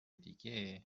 دیگه